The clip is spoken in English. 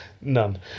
None